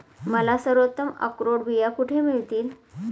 मला सर्वोत्तम अक्रोड बिया कुठे मिळतील